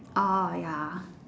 orh ya